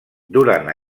durant